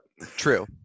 True